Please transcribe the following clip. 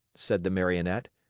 said the marionette,